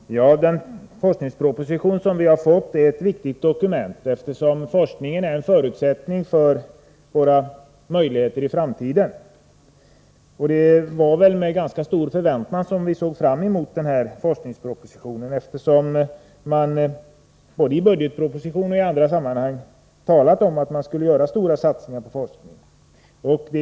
Herr talman! Den forskningsproposition som vi har fått är ett viktigt dokument, eftersom forskning är en förutsättning för våra möjligheter i framtiden. Det var med ganska stor förväntan som vi såg fram mot forskningspropositionen, eftersom regeringen både i budgetpropositionen och i andra sammanhang talat om att man skulle göra stora satsningar på forskning.